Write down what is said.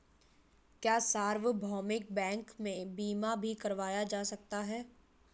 क्या सार्वभौमिक बैंक में बीमा भी करवाया जा सकता है?